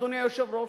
אדוני היושב-ראש,